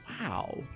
Wow